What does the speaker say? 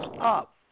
up